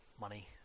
money